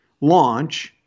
launch